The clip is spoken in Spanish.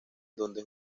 donde